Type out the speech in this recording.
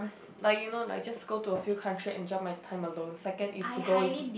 like you know like to just go to a few country and drown my time alone second is to go with